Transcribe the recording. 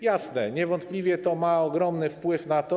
Jasne, niewątpliwie to ma ogromny wpływ na to.